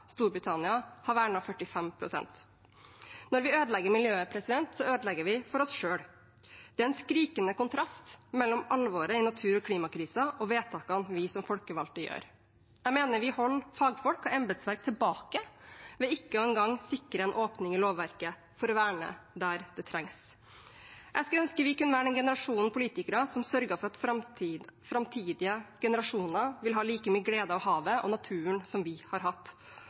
Storbritannia har vernet 45 pst. Når vi ødelegger miljøet, ødelegger vi for oss selv. Det er en skrikende kontrast mellom alvoret i natur- og klimakrisen og vedtakene vi som folkevalgte gjør. Jeg mener vi holder fagfolk og embetsverk tilbake ved ikke engang å sikre en åpning i lovverket for å verne der det trengs. Jeg skulle ønske vi kunne være den generasjonen politikere som sørget for at framtidige generasjoner vil ha like mye glede av havet og naturen som vi har hatt.